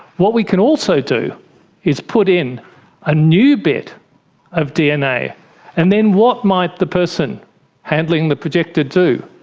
what we can also do is put in a new bit of dna and then what might the person handling the projector do?